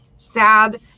sad